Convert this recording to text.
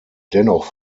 dennoch